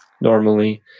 normally